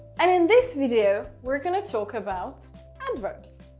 and in this video we're gonna talk about adverbs.